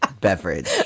beverage